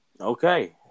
Okay